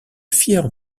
fière